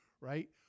Right